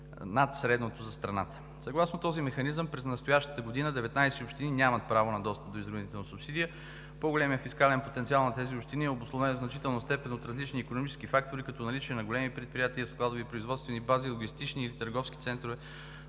над средното за страната. Съгласно този механизъм през настоящата година 19 общини нямат право на достъп до изравнителна субсидия. По-големият фискален потенциал на тези общини е обусловен в значителна степен от различни икономически фактори, като наличие на големи предприятия, складови и производствени бази, логистични или търговски центрове,